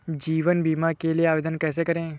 जीवन बीमा के लिए आवेदन कैसे करें?